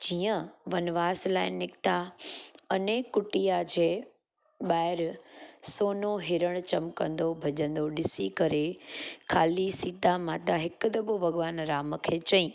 के जीअं वनवास लाइ निकिता अने कुटिया जे ॿाहिर सोनो हिरण चमकंदो भॼंदो ॾिसी करे खाली सीता माता हिकु दफ़ो भॻवान राम खे चयईं